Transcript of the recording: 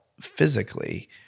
physically